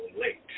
late